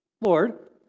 Lord